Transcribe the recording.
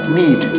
need